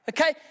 Okay